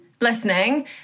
listening